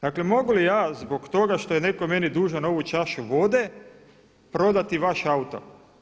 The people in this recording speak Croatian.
Dakle mogu li ja zbog toga što je netko meni dužan ovu čašu vode prodati vaš auto.